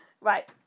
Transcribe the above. Right